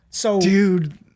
Dude